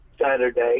Saturday